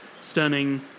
stunning